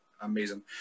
Amazing